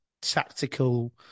tactical